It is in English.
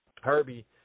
Herbie